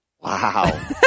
Wow